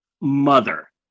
mother